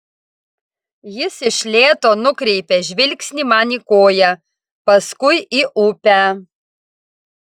jis iš lėto nukreipia žvilgsnį man į koją paskui į upę